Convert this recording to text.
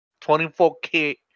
24k